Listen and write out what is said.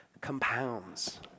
compounds